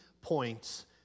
points